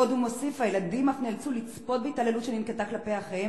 עוד הוא מוסיף: "הילדים אף נאלצו לצפות בהתעללות שננקטה כלפי אחיהם